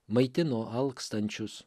maitino alkstančius